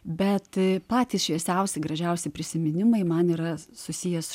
bet patys šviesiausi gražiausi prisiminimai man yra susijęs